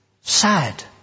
sad